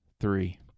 three